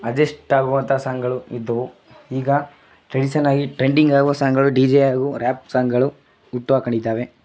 adjust ಆಗುವಂಥ ಸಾಂಗ್ಗಳು ಇದ್ದವು ಈಗ ಟ್ರೇಡಿಶನಾಗಿ ಟ್ರೆಂಡಿಂಗಾಗುವ ಸಾಂಗ್ಗಳು ಡಿ ಜಿ ಹಾಗೂ ರಾಪ್ ಸಾಂಗ್ಗಳು ಹುಟ್ಟು ಹಾಕ್ಕೊಂಡಿದ್ದಾವೆ